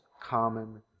common